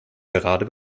gerade